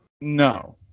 No